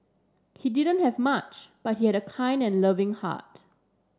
he didn't have much but he had a kind and loving heart